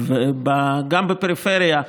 גם בפריפריה,